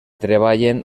treballen